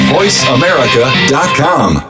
VoiceAmerica.com